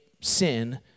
sin